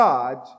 God